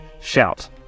shout